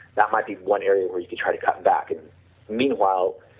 that might be one area where you can try to cut back and meanwhile